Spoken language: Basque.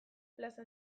plaza